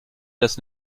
das